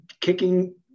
kicking